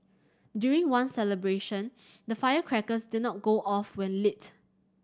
during one celebration the firecrackers did not go off when lit